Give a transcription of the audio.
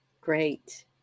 Great